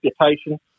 reputation